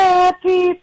Happy